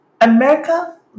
America